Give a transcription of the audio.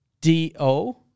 D-O